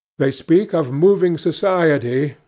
they speak of moving society,